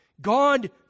God